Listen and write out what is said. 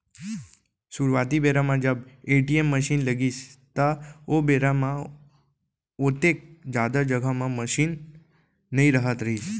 सुरूवाती बेरा म जब ए.टी.एम मसीन लगिस त ओ बेरा म ओतेक जादा जघा म मसीन नइ रहत रहिस